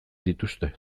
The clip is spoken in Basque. dituzte